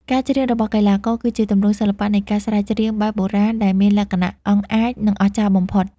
ការច្រៀងរបស់កីឡាករ គឺជាទម្រង់សិល្បៈនៃការស្រែកច្រៀងបែបបុរាណដែលមានលក្ខណៈអង់អាច និងអស្ចារ្យបំផុត។